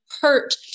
hurt